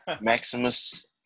Maximus